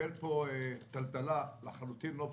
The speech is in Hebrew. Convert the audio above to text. קיבל טלטלה לא פשוטה לחלוטין.